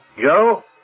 Joe